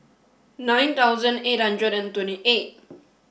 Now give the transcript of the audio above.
nine thousand eight hundred and twenty eight